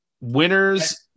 Winners